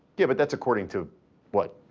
yeah but that's according to what?